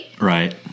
Right